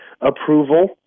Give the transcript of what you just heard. approval